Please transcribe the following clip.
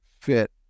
fit